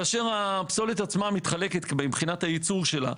כאשר הפסולת עצמה מתחלק מבחינת הייצור שלה,